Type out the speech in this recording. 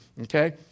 okay